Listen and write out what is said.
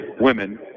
Women